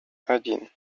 один